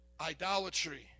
idolatry